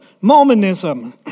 Mormonism